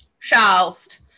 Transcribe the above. Shallst